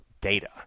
Data